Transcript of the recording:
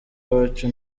iwacu